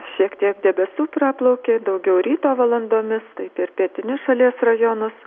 šiek tiek debesų praplaukė daugiau ryto valandomis tai per pietinius šalies rajonus